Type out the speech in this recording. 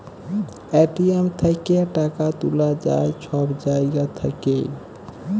ATM থ্যাইকে টাকা তুলা যায় ছব জায়গা থ্যাইকে